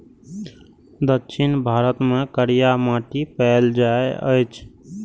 दक्षिण भारत मे करिया माटि पाएल जाइ छै